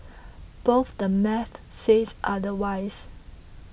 both the math says otherwise